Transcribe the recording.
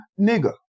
nigger